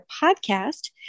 podcast